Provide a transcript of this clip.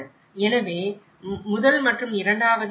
எனவே முதல் மற்றும் இரண்டாவது 1